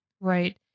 Right